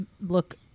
look